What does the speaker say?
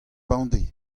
bemdez